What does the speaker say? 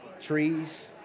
Trees